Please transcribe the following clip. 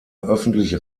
öffentlich